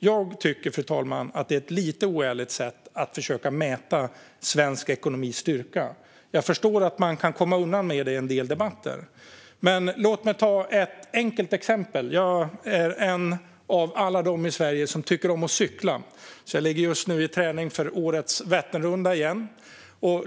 Jag tycker, fru talman, att det är ett lite oärligt sätt att försöka mäta svensk ekonomis styrka. Jag förstår att man kan komma undan med det i en del debatter, men låt mig ta ett exempel. Jag är en av alla i Sverige som tycker om att cykla och ligger just nu i träning för årets Vätternrundan.